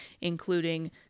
including